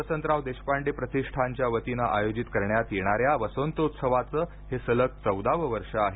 वसंतराव देशपांडे प्रतिष्ठानच्या वतीनं आयोजित करण्यात येणाऱ्या वसंतोत्सवाचं हे सलग चौदावं वर्ष आहे